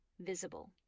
visible